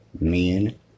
men